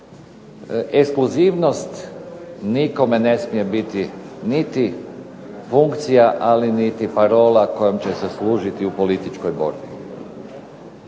ekskluzivnost nikome ne smije biti niti funkcija, ali niti parola kojom će se služiti u političkoj borbi.